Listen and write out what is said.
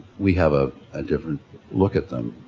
we have ah a different look at them